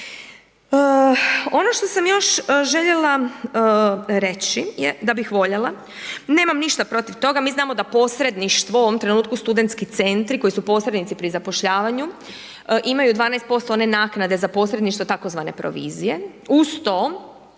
Ono što sam još željela reći je da bih voljela, nemam ništa protiv toga, mi znamo da posredništvo u ovom trenutku studentski centri koji su posrednici pri zapošljavanju imaju 12% one naknade za posredništvo tzv. provizije. Uz to